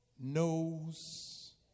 knows